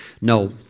No